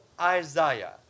Isaiah